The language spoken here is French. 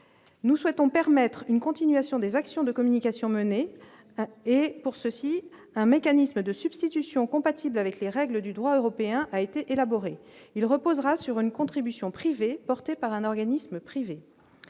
nous souhaitons permettre une continuation des actions de communication menée et pour ceci, un mécanisme de substitution compatible avec les règles du droit européen, a été élaboré il reposera sur une contribution privée porté par un organisme privé,